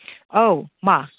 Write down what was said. औ मा